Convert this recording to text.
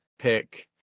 pick